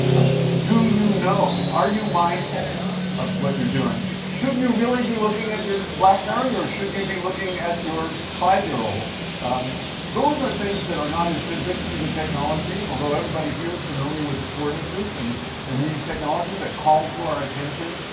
um do you know, are you mindful of what you're doing? should you really be looking at your blackberry or should you be looking at your five-year-old? um those are things that are not intrinsic to the technology, although everybody here is familiar with affordances and and these technologies that call to our attention.